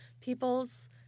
people's